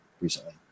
recently